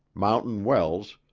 mountain wells,